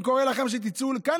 אני קורא לכם שתצאו כאן,